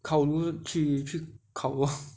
烤炉去去烤 lor